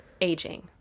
aging